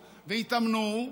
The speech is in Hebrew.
והתאמנו,